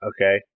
okay